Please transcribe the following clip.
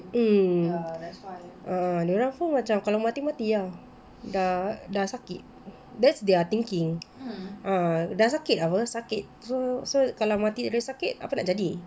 mm uh dorang pun macam kalau mati mati lah dah sakit that's their thinking ah dah sakit apa sakit so kalau mati sakit apa nak jadi